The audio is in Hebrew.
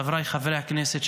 חבריי חברי הכנסת,